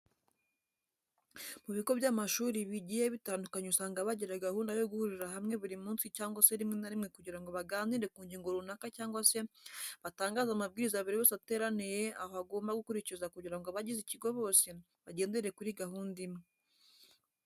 Mu bigo by’amashuri bigiye bitandukanye usanga bagira gahunda yo guhurira hamwe buri munsi cyangwa se rimwe na rimwe kugira ngo baganire ku ngingo runaka cyangwa se batangaze amabwiriza buri wese uteraniye aho agomba gukurikiza kugira ngo abagize ikigo bose bagendere kuri gahunda imwe.